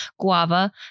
guava